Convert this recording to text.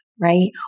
right